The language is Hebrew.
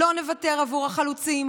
לא נוותר עבור החלוצים,